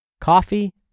coffee